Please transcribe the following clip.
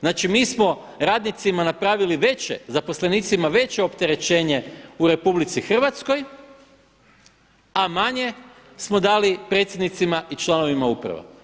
Znači mi smo radnicima napravili veće, zaposlenicima veće opterećenje u RH a manje smo dali predsjednicima i članovima uprava.